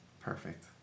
perfect